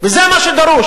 וזה מה שדרוש.